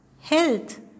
health